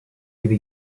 gibi